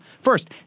First